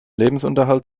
lebensunterhalt